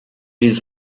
his